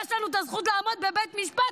יש לנו את הזכות לעמוד בבית משפט,